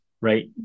Right